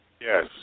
Yes